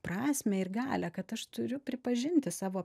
prasmę ir galią kad aš turiu pripažinti savo